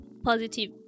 Positive